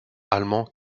allemand